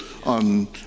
On